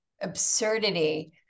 absurdity